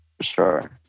sure